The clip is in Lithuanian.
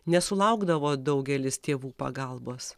nesulaukdavo daugelis tėvų pagalbos